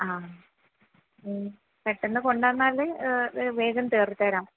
ആ പെട്ടെന്ന് കൊണ്ടുവന്നാൽ വേഗം തീർത്തുതരാം